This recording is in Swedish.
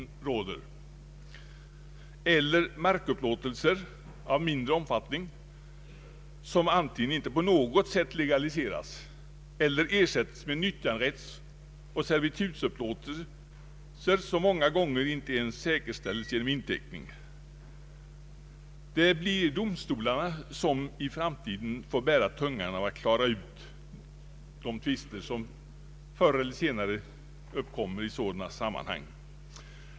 Så är det inte heller för t.ex. markupplåtelser av mindre omfattning, som antingen inte på något sätt legaliseras eller ersättes med nyttjanderättsoch servitutsupplåtelser, vilka många gånger inte ens säkerställes genom inteckning. Det blir domstolarna som i framtiden får klara ut de tvister som förr eller senare uppkommer i sådana sammanhang.